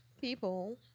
people